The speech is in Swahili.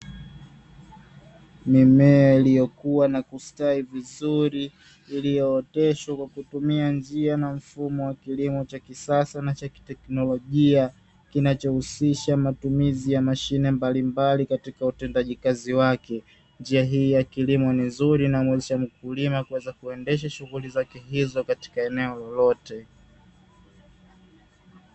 Mimea iliyokuwa na kustawi vizuri iliyooteshwa kwa kutumia njia na mfumo wa kilimo cha kisasa na cha kiteknolojia kinachohusisha matumizi ya mashine mbalimbali katika utendaji kazi wake. Njia hii ya kilimo ni nzuri inayomwezesha mkulima kuweza kuendesha shughuli zake hizo katika eneo lolote.